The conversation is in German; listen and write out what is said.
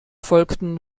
folgten